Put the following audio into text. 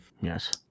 Yes